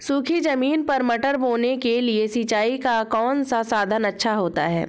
सूखी ज़मीन पर मटर बोने के लिए सिंचाई का कौन सा साधन अच्छा होता है?